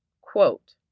quote